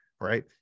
right